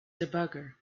debugger